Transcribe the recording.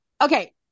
Okay